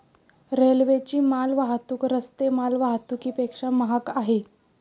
रेल्वेची माल वाहतूक रस्ते माल वाहतुकीपेक्षा महाग आहे